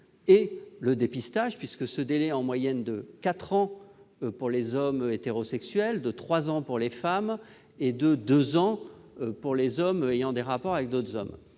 et le dépistage : ce délai est en moyenne de quatre ans pour les hommes hétérosexuels, de trois ans pour les femmes et de deux ans pour les hommes ayant des rapports avec d'autres hommes.